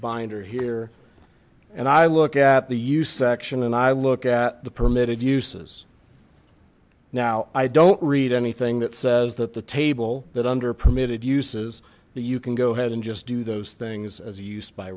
binder here and i look at the use section and i look at the permitted uses now i don't read anything that says that the table that under permitted uses that you can go ahead and just do those things as use by